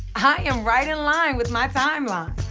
i am right in line with my timeline.